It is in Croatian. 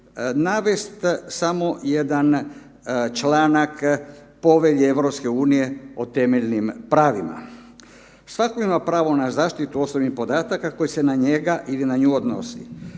navest samo jedan članak povelje EU o temeljnim pravima. „Svako ima pravo na zaštitu osobnih podataka koje se na njega ili na nju odnosi.